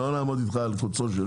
לא נעמוד איתך על קוצו של